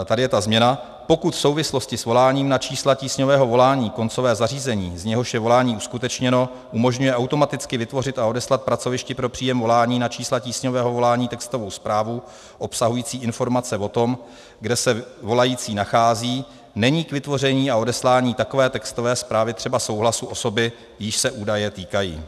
Tady je ta změna: Pokud v souvislosti s voláním na čísla tísňového volání koncové zařízení, z něhož je volání uskutečněno, umožňuje automaticky vytvořit a odeslat pracovišti pro příjem volání na čísla tísňového volání textovou zprávu obsahující informace o tom, kde se volající nachází, není k vytvoření a odeslání takové textové zprávy třeba souhlasu osoby, jíž se údaje týkají.